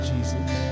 Jesus